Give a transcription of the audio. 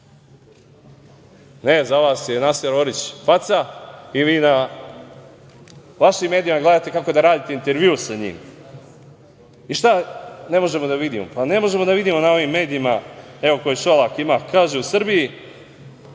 Za vas je Naser Orić faca i vi na vašim medijima gledate kako da radite intervju sa njim. Šta ne možemo da vidimo? Pa, ne možemo da vidimo na ovim medijima, evo koje Šolak ima, kaže u Srbiji